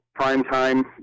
primetime